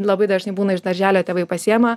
labai dažnai būna iš darželio tėvai pasiima